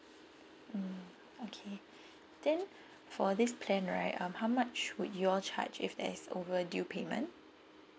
mm okay then for this plan right um how much would you all charge if there is overdue payment